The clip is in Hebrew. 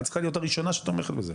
את צריכה להיות הראשונה שתומכת בזה,